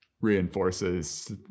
reinforces